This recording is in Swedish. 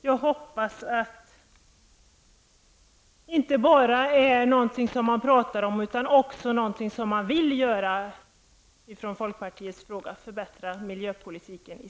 Jag hoppas att det inte bara är något man pratar om utan något man också vill göra från folkpartiets sida, dvs. förbättra miljöpolitiken i